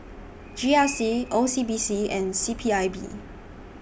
G R C O C B C and C P I B